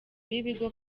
b’ibigo